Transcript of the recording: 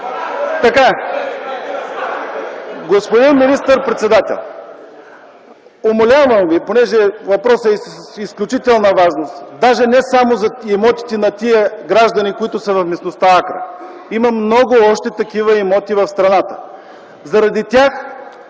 Господин министър-председател, умолявам Ви, тъй като въпросът е с изключителна важност, даже не само за имотите на тези граждани, които са в местността „Акра”. Има още много такива имоти в страната. Заради тях